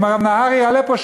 אם מר נהרי יעלה פה,